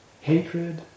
Hatred